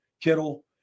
Kittle